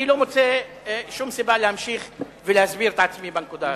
אני לא מוצא שום סיבה להמשיך ולהסביר את עצמי בנקודה הזאת.